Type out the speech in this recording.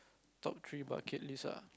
top three bucket list ah